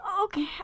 Okay